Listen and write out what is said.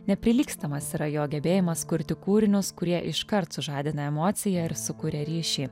neprilygstamas yra jo gebėjimas kurti kūrinius kurie iškart sužadina emociją ir sukuria ryšį